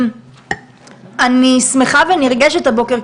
אני שמחה ונרגשת הבוקר,